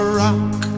rock